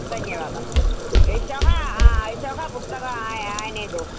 धन्यवादः एषः ऐषः पुस्तकं आनयतु